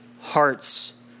hearts